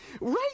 Right